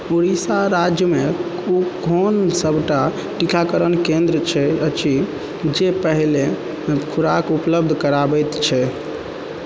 ओड़िशा राज्यमे ओ कोन सभटा टीकाकरण केंद्र अछि जे पहिले खुराक उपलब्ध कराबैत छै